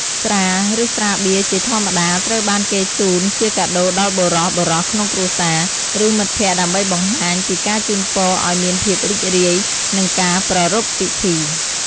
ស្រា ឬស្រាបៀរជាធម្មតាត្រូវបានគេជូនជាកាដូដល់បុរសៗក្នុងគ្រួសារ ឬមិត្តភក្តិដើម្បីបង្ហាញពីការជូនពរឱ្យមានភាពរីករាយនិងការប្រារព្ធពិធី។